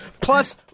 Plus